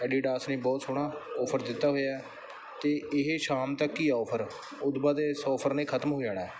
Adidas ਨੇ ਬਹੁਤ ਸੋਹਣਾ ਆਫਰ ਦਿੱਤਾ ਹੋਇਆ ਅਤੇ ਇਹ ਸ਼ਾਮ ਤੱਕ ਹੀ ਹੈ ਆਫਰ ਉੱਦੂ ਬਾਅਦ ਇਸ ਆਫਰ ਨੇ ਖਤਮ ਹੋ ਜਾਣਾ